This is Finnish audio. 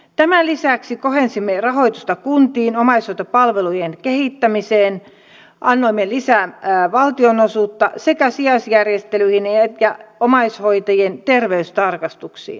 tämän lisäksi kohdensimme rahoitusta kuntiin omaishoitopalvelujen kehittämiseen annoimme lisää valtionosuutta sekä sijaisjärjestelyihin että omaishoitajien terveystarkastuksiin